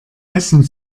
essen